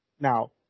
Now